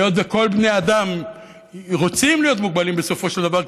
היות שכל בני האדם רוצים להיות מוגבלים בסופו של דבר,